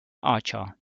archer